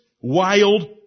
wild